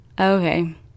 Okay